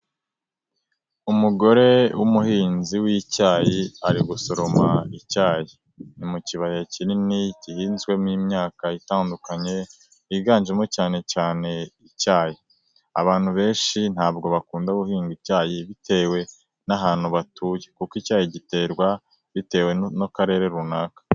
Umugore w'umuhinzi w'icyayi ari gusoroma icyayi. Ni mu kibaya kinini gihinzwemo imyaka itandukanye yiganjemo cyane cyane icyayi. Abantu benshi ntabwo bakunda guhinga icyayi bitewe n'ahantu batuye kuko icyayi giterwa bitewe n'akarere runaka.